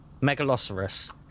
Megalosaurus